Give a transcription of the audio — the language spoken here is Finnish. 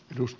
kiitos